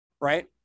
right